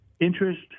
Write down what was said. interest